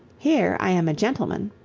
here i am a gentleman,